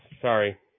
Sorry